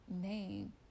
name